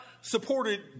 supported